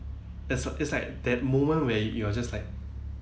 it's a it's like that moment where you're just like